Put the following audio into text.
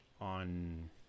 on